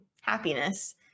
happiness